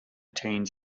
teens